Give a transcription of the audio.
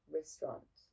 restaurant